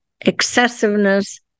excessiveness